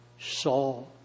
saw